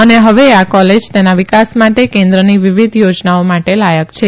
અને હવે આ કોલેજ તેના વિકાસ માટે કેન્દ્રની વિવિધ યોજનાઓ માટે લાયક છે